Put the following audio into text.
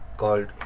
Called